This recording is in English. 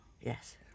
Yes